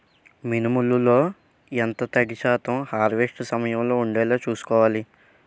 మినుములు లో ఎంత తడి శాతం హార్వెస్ట్ సమయంలో వుండేలా చుస్కోవాలి?